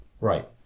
Right